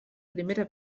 primera